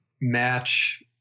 match